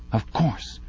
of course!